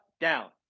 down